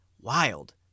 Wild